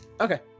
Okay